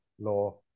Law